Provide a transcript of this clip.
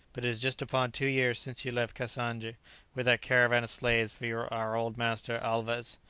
but it is just upon two years since you left cassange with that caravan of slaves for our old master alvez.